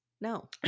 No